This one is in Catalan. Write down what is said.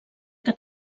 que